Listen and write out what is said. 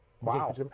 Wow